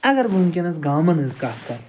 اَگر بہٕ وُنٛکیٚس گامَن ہنٛز کَتھ کَرٕ